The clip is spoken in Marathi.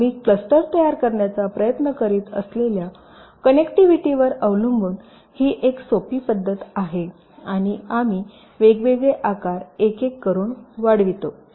आम्ही क्लस्टर तयार करण्याचा प्रयत्न करीत असलेल्या कनेक्टिव्हिटीवर अवलंबून ही एक अगदी सोपी पद्धत आहे आणि आम्ही वेगवेगळे आकार एक एक करून वाढवितो